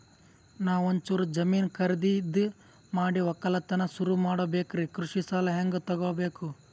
ನಾ ಒಂಚೂರು ಜಮೀನ ಖರೀದಿದ ಮಾಡಿ ಒಕ್ಕಲತನ ಸುರು ಮಾಡ ಬೇಕ್ರಿ, ಕೃಷಿ ಸಾಲ ಹಂಗ ತೊಗೊಬೇಕು?